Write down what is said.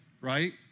right